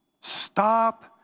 Stop